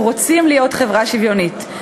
אנחנו רוצים להיות חברה שוויונית,